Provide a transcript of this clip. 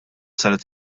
saret